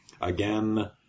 Again